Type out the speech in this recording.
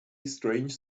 strange